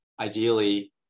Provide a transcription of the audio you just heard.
ideally